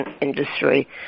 industry